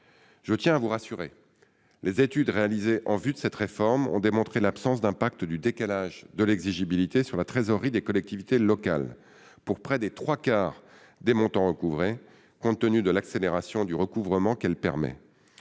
Je tiens à vous rassurer : les études réalisées en vue de cette réforme ont démontré l'absence de conséquences du décalage de l'exigibilité sur la trésorerie des collectivités locales pour près des trois quarts des montants recouvrés, compte tenu de l'accélération du recouvrement induit.